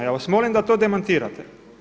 Ja vas molim da to demantirate.